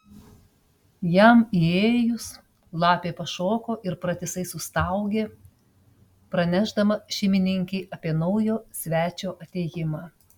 jam įėjus lapė pašoko ir pratisai sustaugė pranešdama šeimininkei apie naujo svečio atėjimą